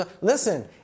Listen